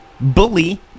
bully